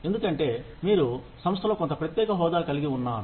ఎందుకంటే మీరు సంస్థలో కొంత ప్రత్యేక హోదా కలిగి ఉన్నారు